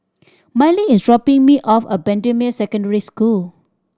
Mylie is dropping me off at Bendemeer Secondary School